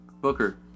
Booker